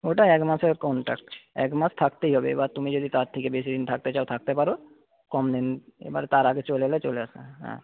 ওটা এক মাসের কন্ট্রাক্ট এক মাস থাকতেই হবে এবার তুমি যদি তার থেকে বেশী দিন থাকতে চাও থাকতে পারো কম দিন এবার তার আগে চলে এলে চলে আসা হ্যাঁ